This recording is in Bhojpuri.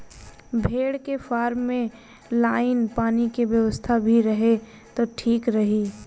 भेड़ के फार्म में लाइन पानी के व्यवस्था भी रहे त ठीक रही